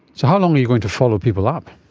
so how long are you going to follow people up?